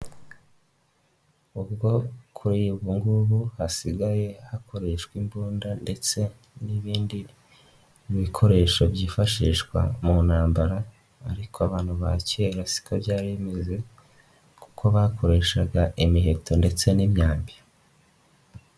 Ubwo kuri ubu ngubu hasigaye hakoreshwa imbunda ndetse n'ibindi bikoresho byifashishwa mu ntambara ariko abantu ba kera si ko byari bimeze kuko bakoreshaga imiheto ndetse n'imyambi.